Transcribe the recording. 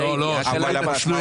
בסדר, הקלה, סליחה, טעיתי.